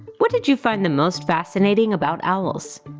what did you find the most fascinating about owls?